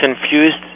confused